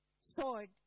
sword